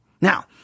Now